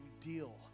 deal